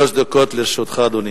שלוש דקות לרשותך, אדוני.